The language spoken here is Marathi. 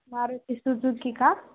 मारुती सुझुकी का